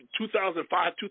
2005